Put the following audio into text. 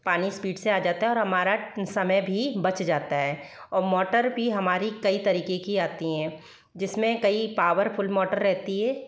पानी स्पीड से आ जाता है और हमारा समय भी बच जाता है और मौटर भी हमारी कई तरीके की आती हैं जिसमें कई पावरफुल मोटर रहती है